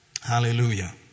hallelujah